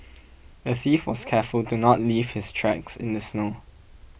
the thief was careful to not leave his tracks in the snow